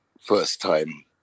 first-time